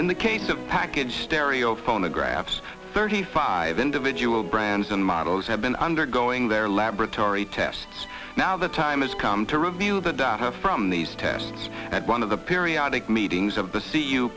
in the case of package stereo phonographs thirty five individual brands and models have been undergoing their laboratory tests now the time has come to review the data from these tests at one of the periodic meetings of the c